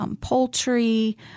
poultry